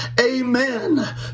Amen